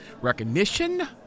recognition